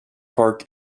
park